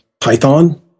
Python